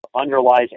underlies